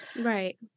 Right